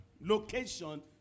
location